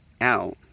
out